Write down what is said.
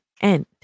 end